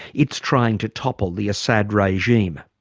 it's trying to topple the assad regime.